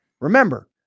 Remember